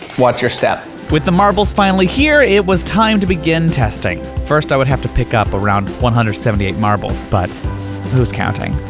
watch your step. with the marbles finally here it was time to begin testing. first i would have to pick up around one hundred and seventy eight marbles, but who's counting?